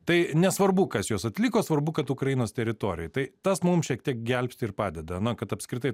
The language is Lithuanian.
tai nesvarbu kas juos atliko svarbu kad ukrainos teritorijoj tai tas mums šiek tiek gelbsti ir padeda na kad apskritai